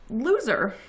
Loser